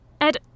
Ed